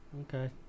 okay